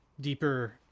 deeper